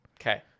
Okay